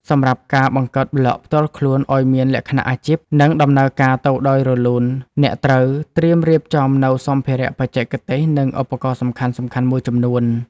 សម្រាប់ការបង្កើតប្លក់ផ្ទាល់ខ្លួនឱ្យមានលក្ខណៈអាជីព និងដំណើរការទៅដោយរលូន អ្នកត្រូវត្រៀមរៀបចំនូវសម្ភារៈបច្ចេកទេស និងឧបករណ៍សំខាន់ៗមួយចំនួន។